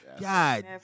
God